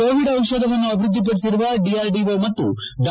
Covid ದಿಷಧವನ್ನು ಅಭಿವ್ಯದ್ದಿ ಪಡಿಸಿರುವ ಡಿಆರ್ಡಿಒ ಮತ್ತು ಡಾ